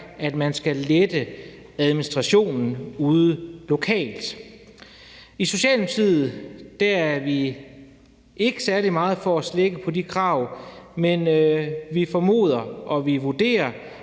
at man skal lette administrationen ude lokalt. I Socialdemokratiet er vi ikke særlig meget for at slække på de krav, men vi formoder, og vi vurderer,